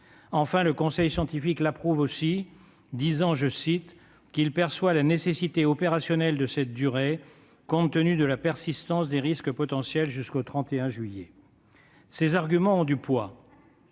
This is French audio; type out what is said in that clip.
Le conseil scientifique l'approuve aussi et comprend la nécessité opérationnelle de cette durée, compte tenu de la persistance de risques potentiels jusqu'au 31 juillet. Ces arguments ont du poids,